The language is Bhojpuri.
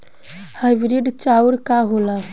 हाइब्रिड चाउर का होला?